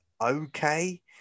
Okay